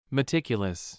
Meticulous